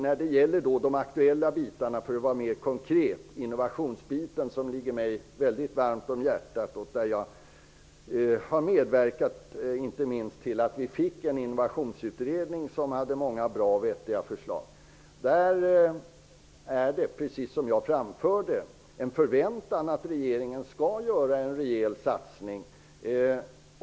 När det gäller de aktuella bitarna -- t.ex. innovationsbiten, för att vara mer konkret, som ligger mig varmt om hjärtat och där jag medverkade till att få till stånd Innovationsutredningen, som kom med många bra och vettiga förslag -- finns det förväntningar om att regeringen skall göra en rejäl satsning.